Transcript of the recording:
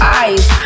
eyes